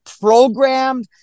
Programmed